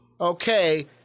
Okay